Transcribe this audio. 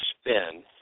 spin